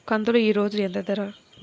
కందులు ఈరోజు ఎంత ధర?